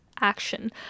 action